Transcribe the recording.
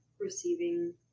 receiving